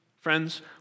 friends